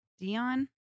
Dion